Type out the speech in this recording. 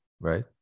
right